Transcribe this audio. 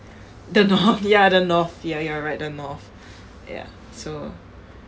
the north ya the north ya you are right the north so